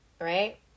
Right